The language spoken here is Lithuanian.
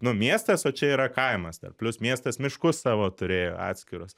nu miestas o čia yra kaimas dar plius miestas miškus savo turėjo atskirus